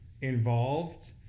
involved